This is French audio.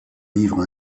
livre